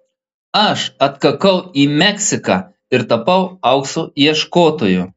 aš atkakau į meksiką ir tapau aukso ieškotoju